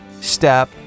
step